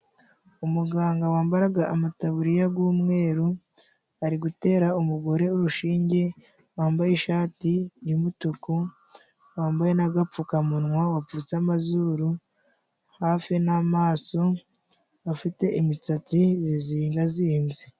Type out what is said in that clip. Umuganga wambaraga amataburiya g'umweru ari gutera umugore urushinge, wambaye ishati y'umutuku, wambaye n'agapfukamunwa wapfutse amazuru hafi n'amaso afite imitsatsi zizingazinze.